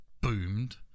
boomed